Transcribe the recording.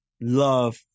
love